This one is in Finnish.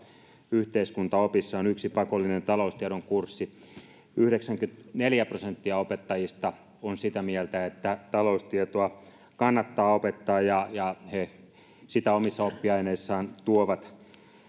yhteiskuntaopissa on yksi pakollinen taloustiedon kurssi yhdeksänkymmentäneljä prosenttia opettajista on sitä mieltä että taloustietoa kannattaa opettaa ja ja he sitä omissa oppiaineissaan tuovat